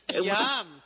Yum